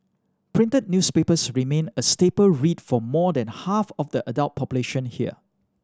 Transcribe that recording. printed newspapers remain a staple read for more than half of the adult population here